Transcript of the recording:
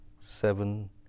seven